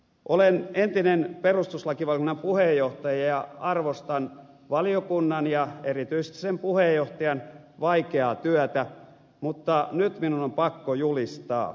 olen entinen perustuslakivaliokunnan puheenjohtaja ja arvostan valiokunnan ja erityisesti sen puheenjohtajan vaikeaa työtä mutta nyt minun on pakko julistaa